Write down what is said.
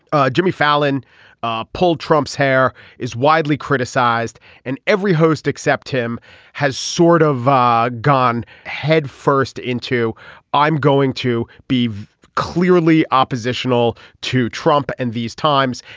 ah jimmy fallon ah pulled trump's hair is widely criticized and every host except him has sort of gone head first into i'm going to be clearly oppositional to trump in and these times.